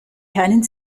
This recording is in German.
keinen